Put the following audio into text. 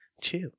Chill